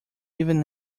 even